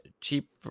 cheap